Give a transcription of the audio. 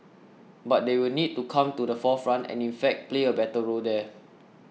but they will need to come to the forefront and in fact play a better role there